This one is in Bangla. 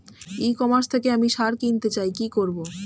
ই কমার্স থেকে আমি সার কিনতে চাই কি করব?